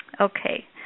okay